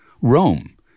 Rome